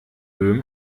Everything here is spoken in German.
böhm